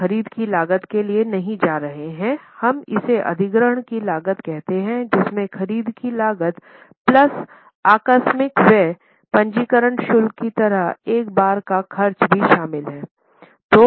हम खरीद की लागत के लिए नहीं जा रहे हैं हम इसे अधिग्रहण की लागत कहते हैं जिसमें खरीद की लागत प्लस आकस्मिक व्यय पंजीकरण शुल्क की तरह एक बार का खर्च भी शामिल है